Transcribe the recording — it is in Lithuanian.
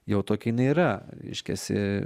jau tokia jinai yra reiškiasi